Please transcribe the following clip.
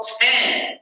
ten